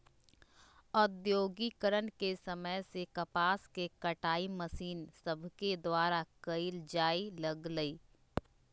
औद्योगिकरण के समय से कपास के कताई मशीन सभके द्वारा कयल जाय लगलई